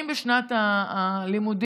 אם בשנת הלימודים,